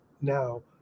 now